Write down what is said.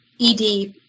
ED